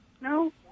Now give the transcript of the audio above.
no